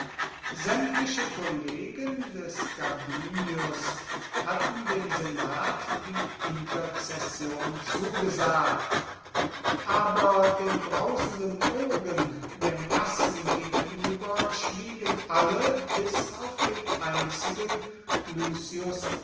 sämtliche kollegen des gabinius hatten dem senat die interzession zugesagt aber den brausenden wogen der massen gegenüber schwiegen alle bis auf den einzigen